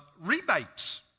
Rebates